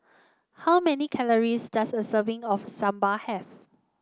how many calories does a serving of Sambar have